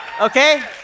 Okay